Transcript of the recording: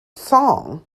song